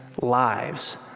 lives